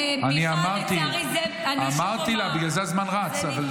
אמרתי לה, בגלל זה הזמן רץ.